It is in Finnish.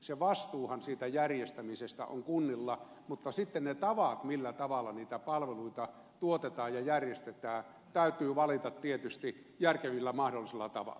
se vastuuhan siitä järjestämisestä on kunnilla mutta sitten ne tavat millä niitä palveluita tuotetaan ja järjestetään täytyy valita tietysti järkevimmällä mahdollisella tavalla